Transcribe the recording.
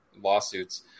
lawsuits